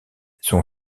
son